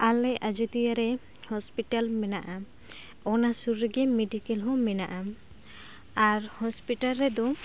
ᱟᱞᱮ ᱟᱡᱚᱫᱤᱭᱟᱹᱨᱮ ᱦᱚᱥᱯᱤᱴᱟᱞ ᱢᱮᱱᱟᱜᱼᱟ ᱚᱱᱟ ᱥᱩᱨ ᱨᱮᱜᱮ ᱢᱮᱰᱤᱠᱮᱞ ᱦᱚᱸ ᱢᱮᱱᱟᱜᱼᱟ ᱟᱨ ᱦᱚᱸᱥᱯᱤᱴᱟᱞ ᱨᱮᱫᱚ